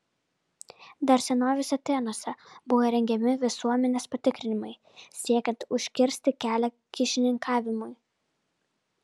dar senovės atėnuose buvo rengiami visuomenės patikrinimai siekiant užkirsti kelią kyšininkavimui